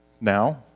now